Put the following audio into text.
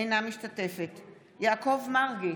אינה משתתפת בהצבעה יעקב מרגי,